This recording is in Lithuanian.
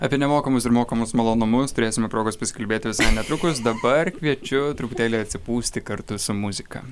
apie nemokamus ir mokamus malonumus turėsime progos pasikalbėti visai netrukus dabar kviečiu truputėlį atsipūsti kartu su muzika